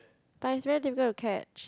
but is very difficult to catch